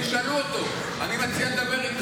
תשאלו אותו, אני מציע לדבר איתו.